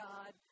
God